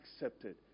accepted